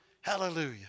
Hallelujah